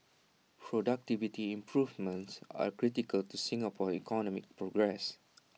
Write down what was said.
productivity improvements are critical to Singapore's economic progress